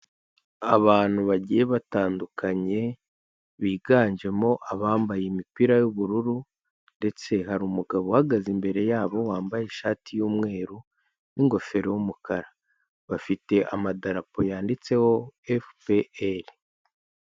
Abantu bagiye batandukanye, biganjemo abambaye imipira y'ubururu ndetse hari umugabo uhagaze imbere yabo wambaye ishati y'umweru n'ingofero y'umukara, bafite amadarapo yanditseho FPR.